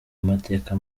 amateka